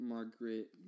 Margaret